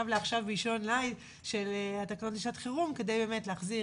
לעכשיו באישון ליל בתקנות לשעת חירום כדי באמת להחזיר,